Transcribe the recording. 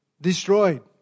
destroyed